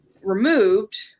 removed